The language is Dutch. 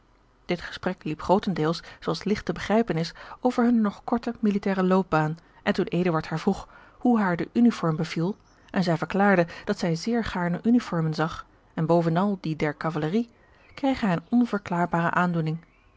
dit gesprek liep grootendeels zoo als ligt te begrijpen is over hunne nog korte militaire loopbaan en toen eduard haar vroeg hoe haar de uniform beviel en zij verklaarde dat zij zeer gaarne uniformen zag en bovenal die der kavalerie kreeg hij eene onverklaarbare aandoening